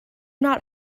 not